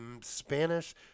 Spanish